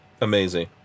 amazing